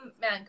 man